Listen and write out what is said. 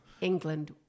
england